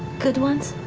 good ones?